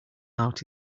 out